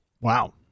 Wow